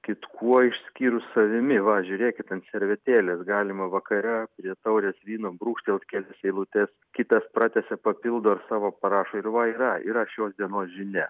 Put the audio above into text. kitkuo išskyrus savimi va žiūrėkit ant servetėlės galima vakare prie taurės vyno brūkštelt kelias eilutes kitas pratęsia papildo ar savo parašo ir va yra yra šios dienos žinia